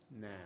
now